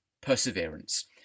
Perseverance